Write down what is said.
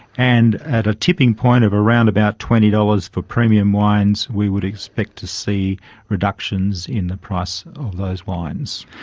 and at a tipping point of around about twenty dollars for premium wines, we would expect to see reductions in the price of those wines.